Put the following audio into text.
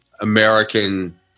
American